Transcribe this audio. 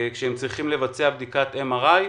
כשהם צריכים לבצע בדיקת MTI,